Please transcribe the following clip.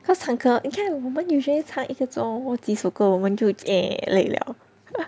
cause 很渴 okay 我们 usually 差一个钟然后及时过我们就累了